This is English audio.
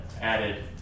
added